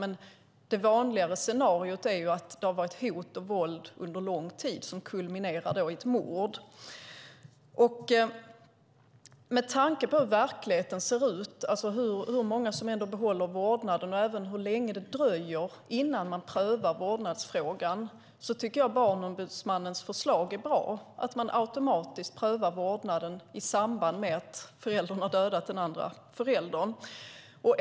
Men det vanligare scenariot är att det har varit hot och våld under en lång tid som kulminerar i ett mord. Med tanke på hur verkligheten ser ut och hur många som ändå behåller vårdnaden och även hur länge det dröjer innan man prövar vårdnadsfrågan är Barnombudsmannens förslag bra. Det är att man automatiskt prövar vårdnaden i samband med att den ena föräldern har dödat den andra föräldern.